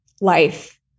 life